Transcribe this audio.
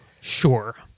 Sure